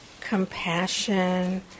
compassion